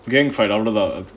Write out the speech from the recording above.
gang fight அவ்ளோதான்:avlodhaan